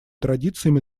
традициями